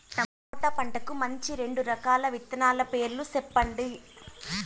tomato పంటకు మంచి రెండు రకాల విత్తనాల పేర్లు సెప్పండి